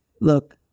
Look